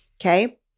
Okay